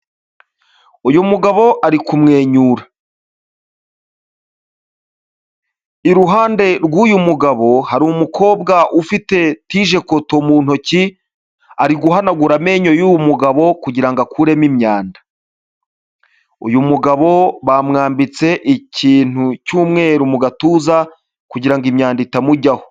Uyu mugabo ari kumwenyura, iruhande rw'uyu mugabo hari umukobwa ufite tijekoto mu ntoki ari guhanagura amenyo y'uyu mugabo kugira ngo akuremo imyanda, uyu mugabo bamwambitse ikintu cy'umweru mu gatuza kugira ngo imyanda itamujyaho.